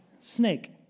Snake